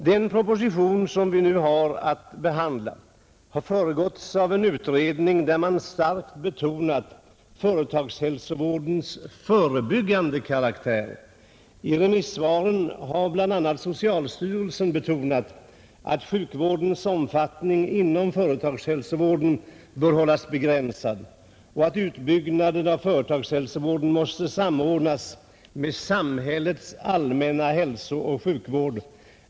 Den proposition som vi nu har att behandla har föregåtts av en utredning, där man starkt betonat företagshälsovårdens förebyggande karaktär. I remissvaren har bl, a. socialstyrelsen betonat att sjukvårdens omfattning inom företagshälsovården bör hållas begränsad och att utbyggnaden av företagshälsovården måste samordnas med samhällets allmänna hälsooch sjukvård.